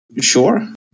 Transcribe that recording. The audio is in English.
Sure